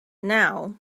now